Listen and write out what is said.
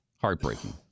Heartbreaking